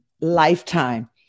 lifetime